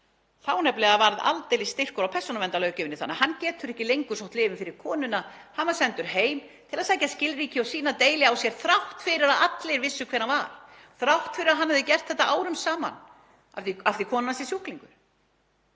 í einu varð aldeilis styrkur á persónuverndarlöggjöfinni þannig að hann getur ekki lengur sótt lyfin fyrir konuna. Hann var sendur heim til að sækja skilríki og sanna deili á sér þrátt fyrir að allir vissu hver hann var, þrátt fyrir að hann hefði gert þetta árum saman af því að konan hans er sjúklingur.